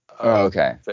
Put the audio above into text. okay